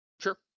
Sure